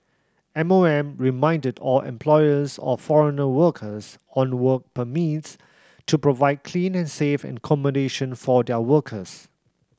M O M reminded all employers of foreign workers on work permits to provide clean and safe accommodation for their workers